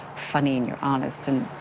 funny, and you're honest. and